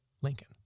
Lincoln